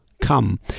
come